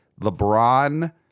LeBron